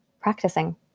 practicing